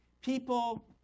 People